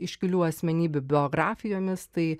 iškilių asmenybių biografijomis tai